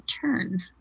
turn